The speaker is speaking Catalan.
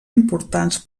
importants